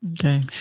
Okay